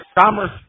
Commerce